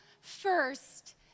first